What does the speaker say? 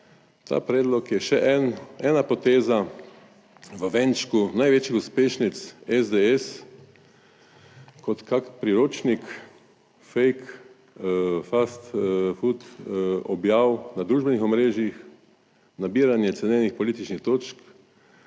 "…ta predlog je še ena poteza v venčku največjih uspešnic SDS, kot kak priročnik fake fast food objav na družbenih omrežjih, nabiranje cenenih političnih točk